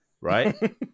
right